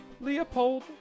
Leopold